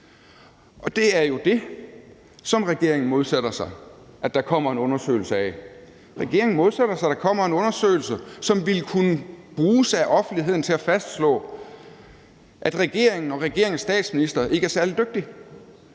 på Danmarks vegne i sager, der er ganske afgørende. Regeringen modsætter sig altså, at der kommer en undersøgelse, som ville kunne bruges af offentligheden til at fastslå, at regeringen og regeringens statsminister ikke er særlig dygtig